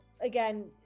again